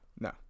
No